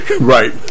Right